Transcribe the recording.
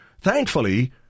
Thankfully